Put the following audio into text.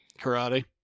karate